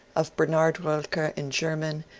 of bernard roelker in german,